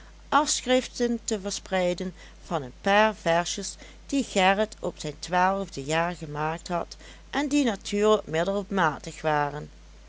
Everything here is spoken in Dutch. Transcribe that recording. afschriften te verspreiden van een paar versjes die gerrit op zijn twaalfde jaar gemaakt had en die natuurlijk middelmatig waren